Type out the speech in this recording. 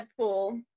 Deadpool